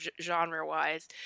genre-wise